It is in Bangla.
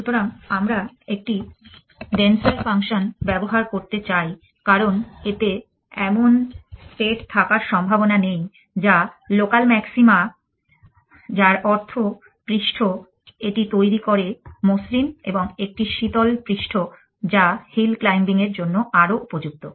সুতরাং আমরা একটি ডেনসার ফাংশন ব্যবহার করতে চাই কারণ এতে এমন স্টেট থাকার সম্ভাবনা নেই যা লোকাল ম্যাক্সিমা যার অর্থ পৃষ্ঠ এটি তৈরি করে মসৃণ এবং একটি শীতল পৃষ্ঠ যা হিল ক্লাইম্বিং এর জন্য আরও উপযুক্ত